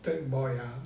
third boy ah